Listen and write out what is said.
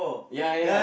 ya ya ya